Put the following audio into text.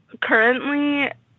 currently